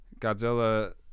Godzilla